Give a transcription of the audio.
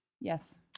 yes